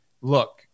look